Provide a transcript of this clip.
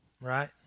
Right